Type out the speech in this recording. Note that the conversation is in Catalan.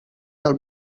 del